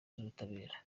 y’ubutabera